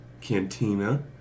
cantina